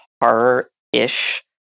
horror-ish